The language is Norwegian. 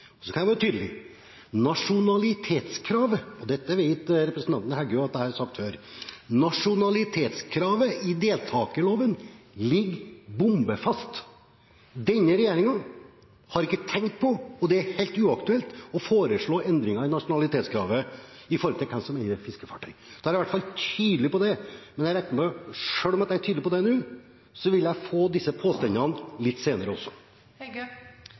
Nasjonalitetskravet – og dette vet representanten Heggø at jeg har sagt før – i deltakerloven ligger bom fast. Denne regjeringen har ikke tenkt på – og det er helt uaktuelt – å foreslå endringer i nasjonalitetskravet med hensyn til hvem som eier et fiskefartøy. Da er jeg i hvert fall tydelig på det, men jeg regner med at selv om jeg er tydelig på det nå, vil jeg få disse påstandene litt senere